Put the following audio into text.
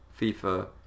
FIFA